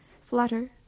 Flutter